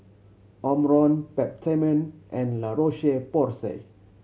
Omron Peptamen and La Roche Porsay